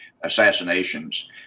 assassinations